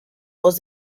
was